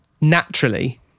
naturally